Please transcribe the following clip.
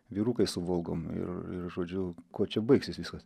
vyrukai su volgom ir žodžiu kuo čia baigsis viskas